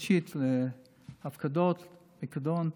חודשית להפקדות, פיקדון,